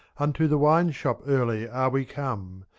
unto the wine-shop early are we come,